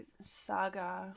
saga